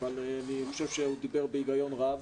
כהן אבל אני חושב שהוא דיבר בהיגיון רב.